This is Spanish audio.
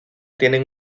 tienen